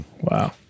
Wow